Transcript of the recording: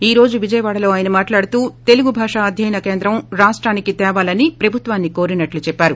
ఈ రోజు విజయవాడలో అయన మాట్లాడుతూ తెలుగు భాషా ్అధ్యయన కేంద్రం రాష్టానికి తేవాలని ప్రభుత్వాన్ని కోరినట్లు చెప్పారు